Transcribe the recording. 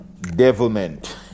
Devilment